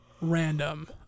random